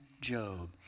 Job